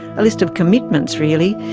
a list of commitments really,